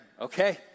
Okay